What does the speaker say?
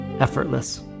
effortless